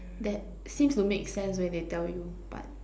that seems to make sense when they tell you but